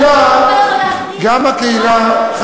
גם הקהילה,